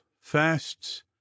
fasts